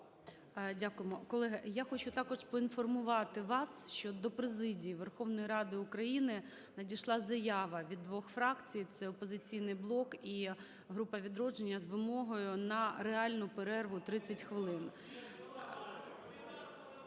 Дякуємо. Колеги, я хочу також поінформувати вас, що до президії Верховної Ради України надійшла заява від двох фракцій – це "Опозиційний блок" і група "Відродження" – з вимогою на реальну перерву 30 хвилин.